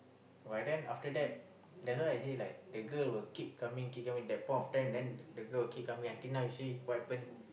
why then after that that's why I say like the girl will keep coming keep coming that point of time then the girl will coming until now you see what happen